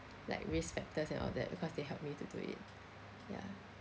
like risk factors and all that because they help me to do it ya